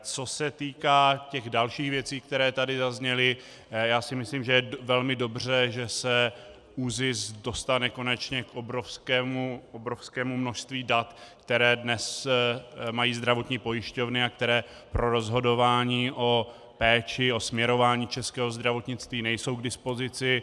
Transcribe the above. Co se týká těch dalších věcí, které tady zazněly, já si myslím že je velmi dobře, že se ÚZIS dostane konečně k obrovskému množství dat, která dnes mají zdravotní pojišťovny a která pro rozhodování o péči, o směrování českého zdravotnictví nejsou k dispozici.